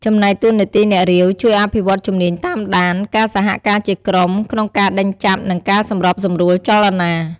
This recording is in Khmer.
ចំណែកតួនាទីអ្នករាវ ជួយអភិវឌ្ឍជំនាញតាមដាន ការសហការជាក្រុម ក្នុងការដេញចាប់ និងការសម្របសម្រួលចលនា។